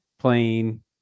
playing